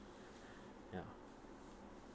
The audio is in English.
ya